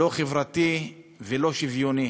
לא חברתי ולא שוויוני.